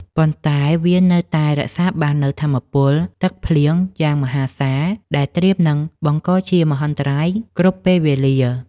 ប៉ុន្តែវានៅតែរក្សាបាននូវថាមពលទឹកភ្លៀងយ៉ាងមហាសាល ដែលត្រៀមនឹងបង្កជាមហន្តរាយគ្រប់ពេលវេលា។